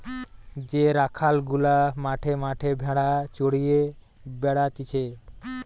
যে রাখাল গুলা মাঠে মাঠে ভেড়া চড়িয়ে বেড়াতিছে